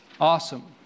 awesome